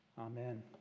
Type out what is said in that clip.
Amen